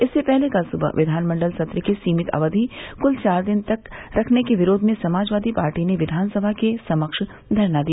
इससे पहले कल सुबह विघानमंडल सत्र के सीमित अवधि कृल चार दिन तक रखने के विरोध में समाजवादी पार्टी ने विघानसभा के समक्ष धरना दिया